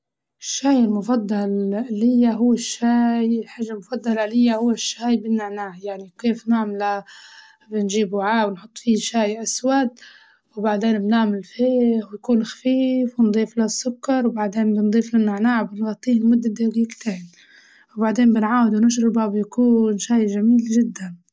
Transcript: الشي المفضل ليا هو الشاي الحاجة المفضلة ليا هو الشاي بالنعناع، يعني كيف نعمله بنجيب وعاء وبنحط فيه شاي أسود وبعدين بنعمل فيه ويكون خفيف، ونضيفله السكر وبعدين بنضيفله النعناع وبنغطيه لمدة دقيقتين، وبعدين بنعاودوا نشربه بيكون شاي جميل جداً.